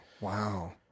wow